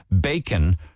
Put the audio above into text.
bacon